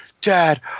dad